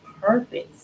purpose